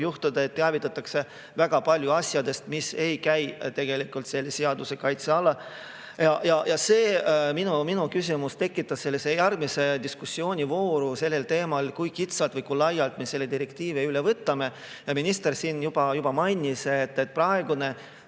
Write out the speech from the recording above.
juhtuda, et teavitatakse väga palju asjadest, mis ei käi selle seaduse kaitse alla. See minu küsimus tekitas järgmise diskussioonivooru teemal, kui kitsalt või kui laialt me selle direktiivi üle võtame. Minister siin juba mainis, et praegune